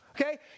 Okay